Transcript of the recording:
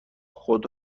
خود